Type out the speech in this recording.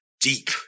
Deep